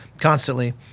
constantly